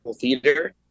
theater